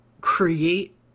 create